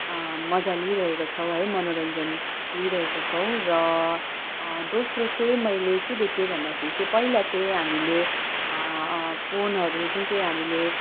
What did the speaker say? मजा लिइरहेका छौँ है मनोरञ्जन लिइरहेको छौँ र दोस्रो चाहिँ मैले के देखेँ भन्दाखेरि चाहिँ पहिला चाहिँ हामीले फोनहरू जुन चाहिँ हामीले